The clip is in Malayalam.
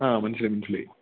ആ മനസ്സിലായി മനസ്സിലായി